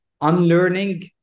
unlearning